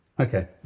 okay